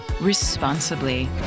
Responsibly